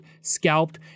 scalped